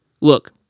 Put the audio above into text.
Look